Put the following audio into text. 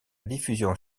diffusion